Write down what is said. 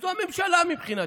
שזו הממשלה, מבחינתי,